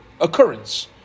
Occurrence